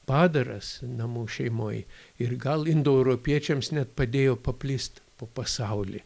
padaras namų šeimoj ir gal indoeuropiečiams net padėjo paplist po pasaulį